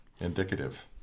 Indicative